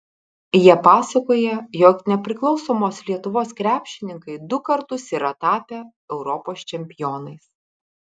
jie pasakoja jog nepriklausomos lietuvos krepšininkai du kartus yra tapę europos čempionais